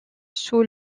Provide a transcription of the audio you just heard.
sous